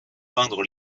peindre